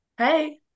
hey